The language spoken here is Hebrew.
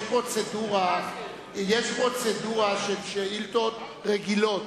יש פרוצדורה של שאילתות רגילות.